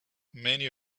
many